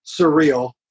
surreal